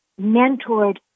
mentored